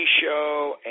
show